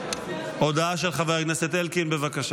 הודעה של חבר הכנסת אלקין, בבקשה.